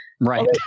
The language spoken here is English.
right